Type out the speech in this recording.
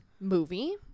movie